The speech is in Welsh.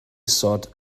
isod